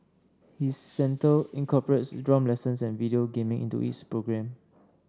his centre incorporates drum lessons and video gaming into its programme